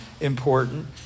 important